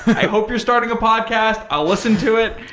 i hope you're starting a podcast. i'll listen to it.